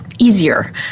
easier